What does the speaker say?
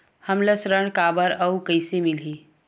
हमला ऋण काबर अउ कइसे मिलही?